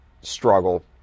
struggle